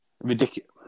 Ridiculous